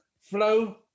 Flow